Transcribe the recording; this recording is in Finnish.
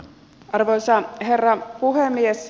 arvoisa herra puhemies